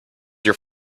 your